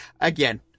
Again